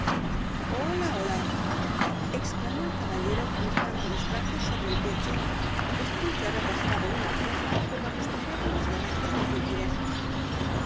hola hola exclamó el caballero cruzando los brazos sobre el pecho después de haber rascado una ceja como acostumbraba en los momentos difíciles